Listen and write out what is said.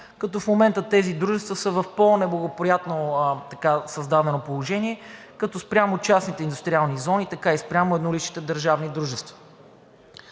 мярка. В момента тези дружества са в по-неблагоприятно създадено положение както спрямо частните индустриални зони, така и спрямо едноличните държавни дружества.